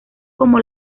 como